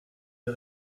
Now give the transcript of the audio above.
des